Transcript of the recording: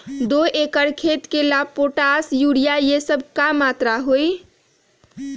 दो एकर खेत के ला पोटाश, यूरिया ये सब का मात्रा होई?